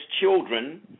children